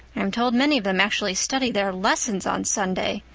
i'm told many of them actually study their lessons on sunday.